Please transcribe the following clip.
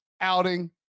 outing